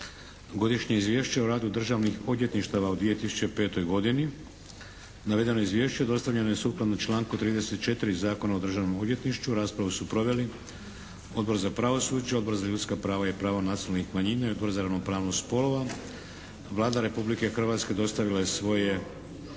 Godišnje izvješće o radu državnih odvjetništava u 2005. godini Navedeno izvješće dostavljeno je sukladno članku 34. Zakona o Državnom odvjetništvu. Raspravu su proveli Odbor za pravosuđe, Odbor za ljudska prava i prava nacionalnih manjina i Odbor za ravnopravnost spolova. Vlada Republike Hrvatske dostavila je svoje